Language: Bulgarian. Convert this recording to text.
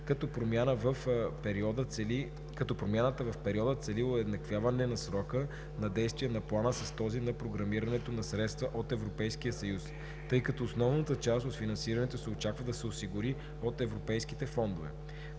като промяната в периода цели уеднаквяване на срока на действие на плана с този на програмирането на средствата от Европейския съюз, тъй като основната част от финансирането се очаква да се осигури от европейските фондове.